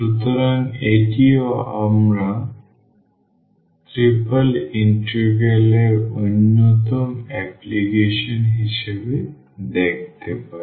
সুতরাং এটিও আমরা ট্রিপল ইন্টিগ্রাল এর অন্যতম অ্যাপ্লিকেশন হিসাবে দেখতে পারি